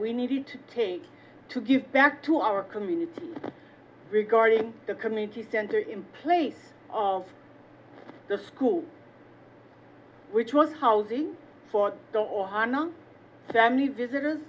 we needed to take to get back to our community regarding the community center in place of the school which was housing for or not family visitors